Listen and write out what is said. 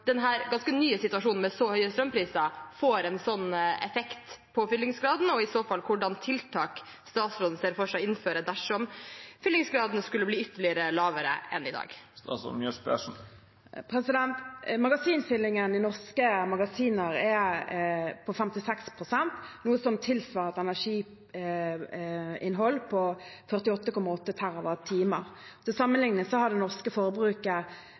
ganske nye situasjonen med så høye strømpriser får en sånn effekt på fyllingsgraden, og hvilke tiltak statsråden i så fall ser for seg å innføre dersom fyllingsgraden skulle bli enda lavere enn i dag. Magasinfyllingen i norske magasiner er på 56 pst., noe som tilsvarer et energiinnhold på 48,8 TWh. Til sammenligning har det norske forbruket